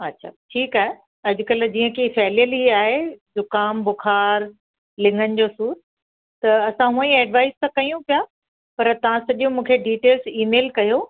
अच्छा ठीकु आहे अॼुकल्ह जीअं की फैलियल ई आहे जुखाम बुखार लिंगनि जो सूर त असां उअ ई एडवाइज त कयूं पिया पर तव्हां सॼो मूंखे डिटेल्स ईमेल कयो